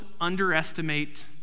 underestimate